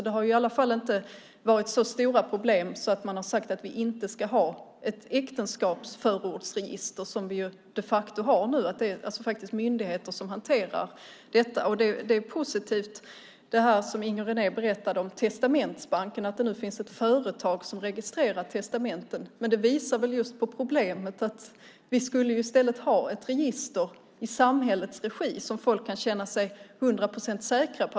Det har i alla fall inte varit så stora problem att man har sagt att vi inte ska ha ett äktenskapsförordsregister, vilket vi nu de facto har. Det är faktiskt myndigheter som hanterar detta. Inger René berättade om Testamentsbanken, det vill säga att det nu finns ett företag som registrerar testamenten, och det är positivt. Det visar dock på problemen. Vi borde i stället ha ett register i samhällets regi som folk kan känna sig hundra procent säkra på.